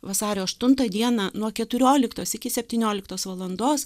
vasario aštuntą dieną nuo keturioliktos iki septynioliktos valandos